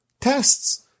tests